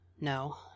No